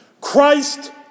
Christ